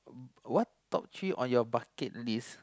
what top three on your bucket list